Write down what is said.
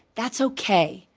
that's okay.